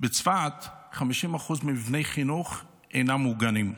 בצפת 50% ממבני החינוך אינם ממוגנים.